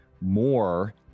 more